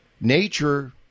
nature